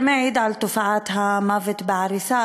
זה מעיד על תופעת המוות בעריסה,